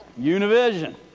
Univision